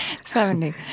Seventy